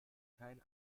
kein